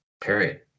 Period